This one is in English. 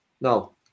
no